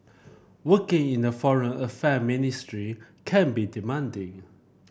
working in the Foreign Affair ministry can be demanding